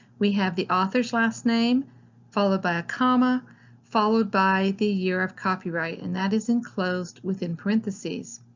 we have the author's last name followed by a comma followed by the year of copyright and that is enclosed within parentheses.